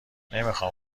نمیخام